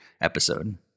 episode